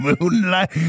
Moonlight